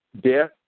death